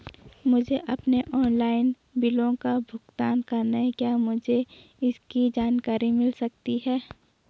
मुझे अपने ऑनलाइन बिलों का भुगतान करना है क्या मुझे इसकी जानकारी मिल सकती है?